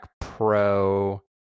Pro